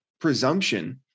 presumption